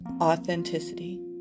authenticity